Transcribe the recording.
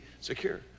secure